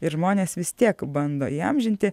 ir žmonės vis tiek bando įamžinti